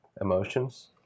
emotions